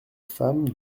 femmes